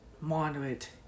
moderate